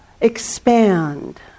expand